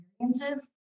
experiences